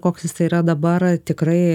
koks jisai yra dabar tikrai